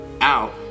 out